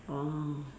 orh